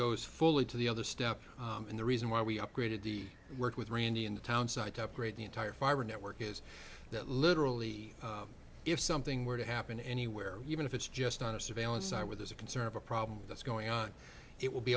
goes fully to the other step and the reason why we upgraded the work with randy in the townsite to upgrade the entire fiber network is that literally if something were to happen anywhere even if it's just on a surveillance site where there's a concern of a problem that's going on it will be